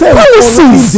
policies